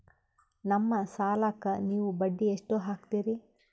ನಮ್ಮ ಸಾಲಕ್ಕ ನೀವು ಬಡ್ಡಿ ಎಷ್ಟು ಹಾಕ್ತಿರಿ?